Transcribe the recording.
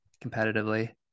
competitively